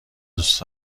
دوست